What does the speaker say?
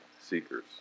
seekers